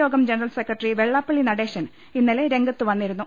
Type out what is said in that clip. യോഗം general secretary Vellappally Natesan ഇന്നലെ രംഗത്തുവന്നിരുന്നു